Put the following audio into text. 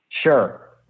Sure